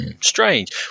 strange